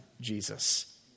Jesus